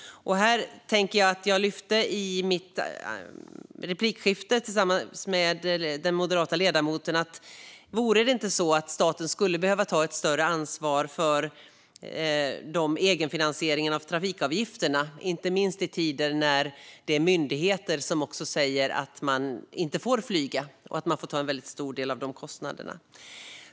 I mitt replikskifte med den moderata ledamoten lyfte jag frågan om inte staten skulle behöva ta ett större ansvar för egenfinansieringen av trafikavgifterna - inte minst i tider när det är myndigheter som säger att man inte får flyga och man får ta en väldigt stor del av de kostnaderna.